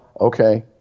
Okay